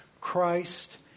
Christ